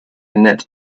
net